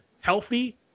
healthy